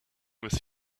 with